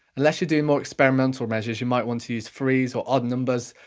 unless you do more experimental measures, you might want to use threes or odd numbers.